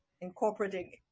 incorporating